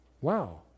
Wow